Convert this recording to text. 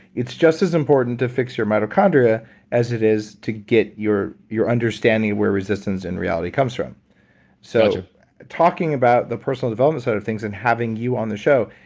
it's just as important to fix your mitochondria as it is to get your your understanding of where resistance in reality comes from so talking about the personal development side of things and having you on the show,